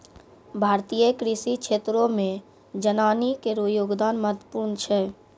भारतीय कृषि क्षेत्रो मे जनानी केरो योगदान महत्वपूर्ण छै